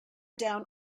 down